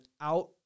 out